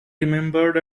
remembered